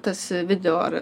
tas video ar